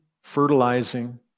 fertilizing